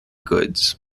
goods